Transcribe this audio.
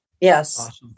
Yes